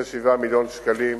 27 מיליון שקלים.